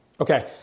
Okay